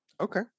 Okay